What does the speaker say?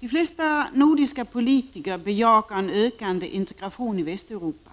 De flesta nordiska politiker bejakar en ökande integration i Västeuropa.